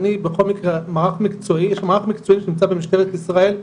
אני בכל מקרה יש לנו מערך מקצועי שנמצא במשטרת ישראל,